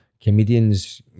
comedians